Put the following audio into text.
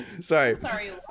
sorry